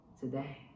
today